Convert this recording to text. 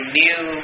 new